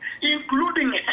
including